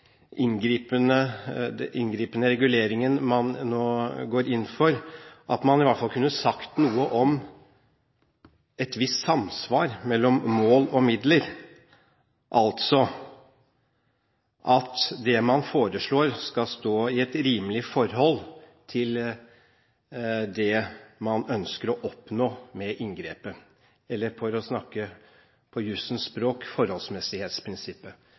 inngripende reguleringen man nå går inn for, at man i hvert fall kunne sagt noe om et visst samsvar mellom mål og midler, altså at det man foreslår, skal stå i et rimelig forhold til det man ønsker å oppnå med inngrepet, eller for å snakke på jussens språk: forholdsmessighetsprinsippet.